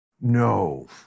No